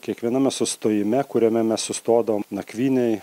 kiekviename sustojime kuriame mes sustodavom nakvynei